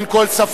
אין כל ספק.